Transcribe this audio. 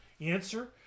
Answer